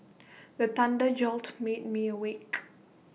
the thunder jolt me me awake